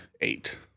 eight